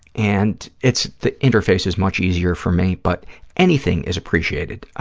and it's, the interface is much easier for me, but anything is appreciated.